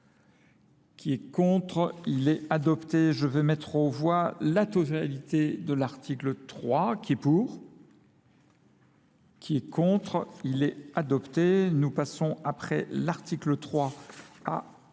qui est contre, il est adopté. Je vais mettre en voie la totalité de l'article 3 qui est pour, qui est contre, il est adopté. Nous passons après l'article 3 à un